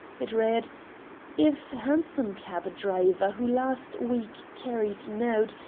it read if hansom-cab driver who last week carried note,